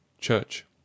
CHURCH